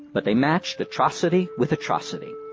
but they matched atrocity with atrocity.